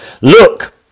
Look